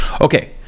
Okay